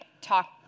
talk